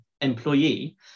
employee